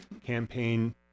campaign